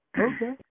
Okay